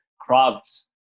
crops